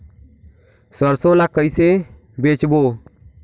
सरसो ला कइसे बेचबो?